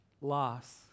loss